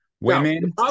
women